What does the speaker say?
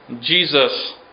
Jesus